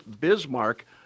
Bismarck